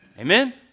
Amen